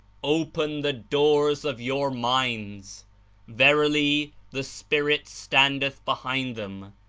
open the doors of your minds verily, the spirit standeth behind them.